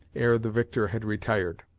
ere the victor had retired.